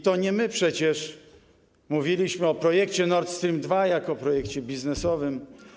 To nie my przecież mówiliśmy o projekcie Nord Stream 2 jako o projekcie biznesowym.